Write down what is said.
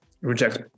reject